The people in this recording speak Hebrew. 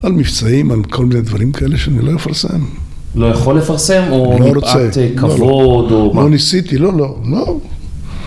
על מבצעים, על כל מיני דברים כאלה שאני לא אפרסם. לא יכול לפרסם? אני לא רוצה. או מפאת כבוד, או... לא ניסיתי, לא, לא, לא.